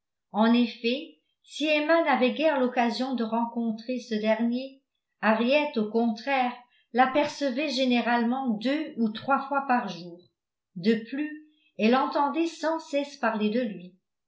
en effet si emma n'avait guère l'occasion de rencontrer ce dernier henriette au contraire l'apercevait généralement deux ou trois fois par jour de plus elle entendait sans cesse parler de lui